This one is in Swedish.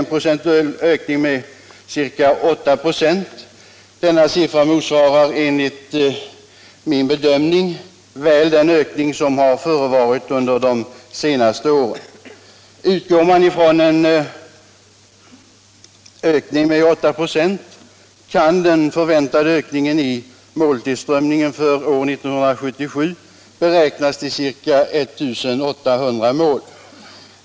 Denna siffra motsvarar enligt min bedömning väl den ökning som har skett under de senaste åren. Utgår man från en ökning med 8 26, kan den förväntade ökningen i måltillströmningen för år 1977 beräknas till ca 1800 mål.